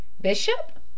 Bishop